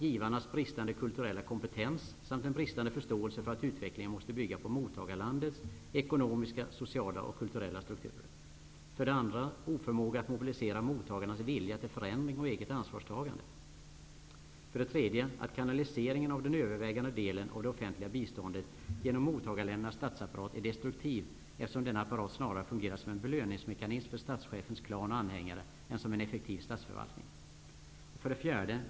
Givarnas bristande kulturella kompetens samt en bristande förståelse för att utvecklingen måste bygga på mottagarlandets ekonomiska, sociala och kulturella strukturer. -- Oförmåga att mobilisera mottagarnas vilja till förändring och eget ansvarstagande. -- Kanaliseringen av den övervägande delen av det offentliga biståndet genom mottagarländernas statsapparat är destruktiv, eftersom denna apparat snarare fungerar som en belöningsmekansim för statschefens klan och anhängare än som en effektiv statsförvaltning.